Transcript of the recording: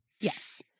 Yes